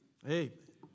Amen